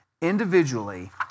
individually